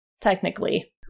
technically